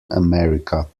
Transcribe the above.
america